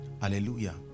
Hallelujah